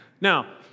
Now